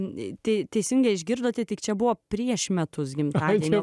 ne tik teisingai išgirdote tik čia buvo prieš metus gimtadienio